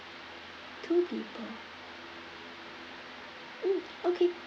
two people mm okay